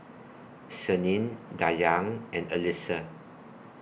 Senin Dayang and Alyssa